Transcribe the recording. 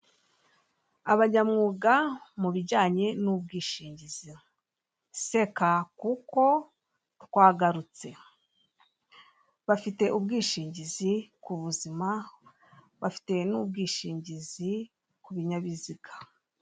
Abanyamwuga mu bijyanye n'ubwishingizi. Seka kuko twagarutse bafite ubwishingizi ku buzima, bafite n'ubwishingizi ku binyabiziga.